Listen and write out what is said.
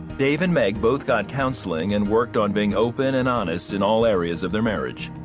dave and meg both got counseling and worked on being open and honest in all areas of their marriage.